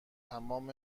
تمام